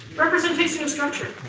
representation of structure.